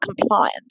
compliance